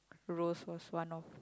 rose was one of